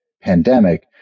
pandemic